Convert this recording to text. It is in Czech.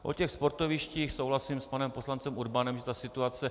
O těch sportovištích souhlasím s panem poslancem Urbanem, že ta situace...